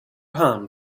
harm